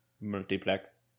Multiplex